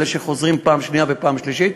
אלה שחוזרים פעם שנייה ופעם שלישית.